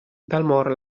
dalmor